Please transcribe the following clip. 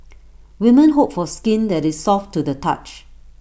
women hope for skin that is soft to the touch